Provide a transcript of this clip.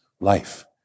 life